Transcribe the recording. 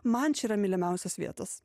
man čia yra mylimiausios vietos